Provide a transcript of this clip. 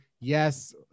Yes